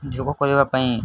ଯୋଗ କରିବା ପାଇଁ